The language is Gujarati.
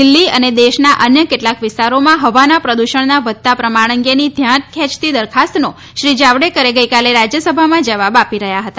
દિલ્હી અને દેશના અન્ય કેટલાક વિસ્તારોમાં હવાના પ્રદૂષણના વધતા પ્રમાણ અંગેની ધ્યાન ખેંચતી દરખાસ્તનો શ્રી જાવડેકર ગઈકાલે રાજ્યસભામાં જવાબ આપી રહ્યા હતા